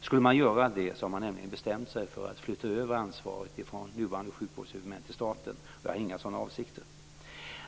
Skulle man göra det har man nämligen bestämt sig för att flytta över ansvaret från de nuvarande sjukvårdshuvudmännen till staten, och jag har inga sådana avsikter.